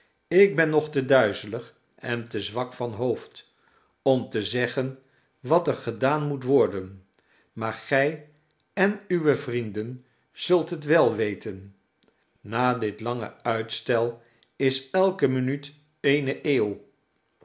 ik ben nog te duizelig en te zwak van hoofd om te zeggen wat er gedaan moet worden maar gij en uwe vrienden zult het wel weten na dit lange uitstel is elke minuut eene eeuw